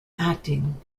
acting